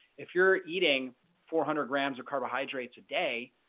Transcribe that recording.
if you're eating four hundred grams of carbohydrates a day,